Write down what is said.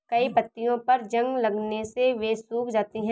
कई पत्तियों पर जंग लगने से वे सूख जाती हैं